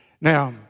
Now